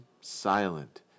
silent